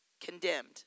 condemned